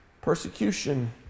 Persecution